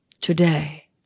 Today